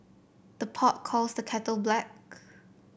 the pot calls the kettle black